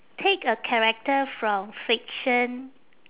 take a character from fiction